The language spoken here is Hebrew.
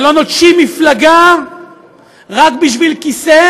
שלא נוטשים מפלגה רק בשביל כיסא,